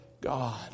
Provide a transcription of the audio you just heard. God